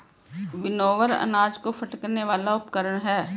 winnower अनाज को फटकने वाला उपकरण है